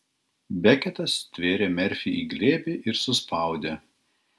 beketas stvėrė merfį į glėbį ir suspaudė